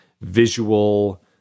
visual